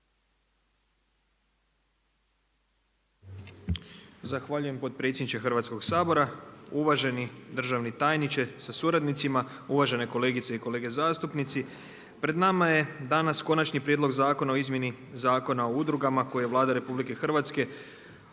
Zahvaljujem potpredsjedniče Hrvatskog sabora. Uvaženi državni tajniče sa suradnicima, uvažene kolegice i kolege zastupnici. Pred nama je danas Konačni prijedlog zakona o izmjeni Zakona o udrugama koje je Vlada RH uputila u saborsku